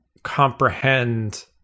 comprehend